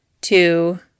two